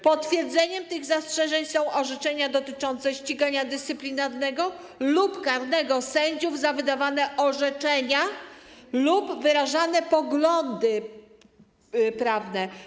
Potwierdzeniem tych zastrzeżeń są orzeczenia dotyczące ścigania dyscyplinarnego lub karnego sędziów za wydawane orzeczenia lub wyrażane poglądy prawne.